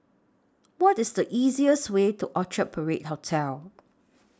What IS The easiest Way to Orchard Parade Hotel